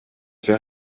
fait